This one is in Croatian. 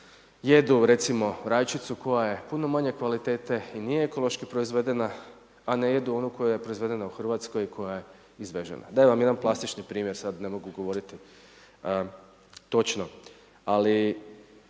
jedu recimo rajčicu koja je puno manje kvalitete i nije ekološki proizvedena, a ne jedu onu koja je proizvedena u Hrvatskoj koja je izvežena. Dajem vam jedan plastični primjer sada ne mogu govoriti točno. Ali